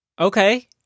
Okay